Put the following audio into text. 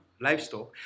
livestock